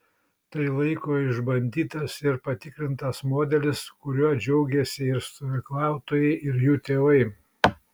tai laiko išbandytas ir patikrintas modelis kuriuo džiaugiasi ir stovyklautojai ir jų tėvai